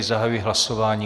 Zahajuji hlasování.